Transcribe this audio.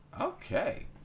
Okay